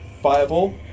fireball